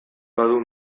badu